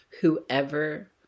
whoever